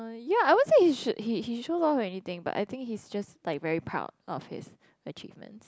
uh ya I won't say he he shows off everything but I think he's just very proud of his achievements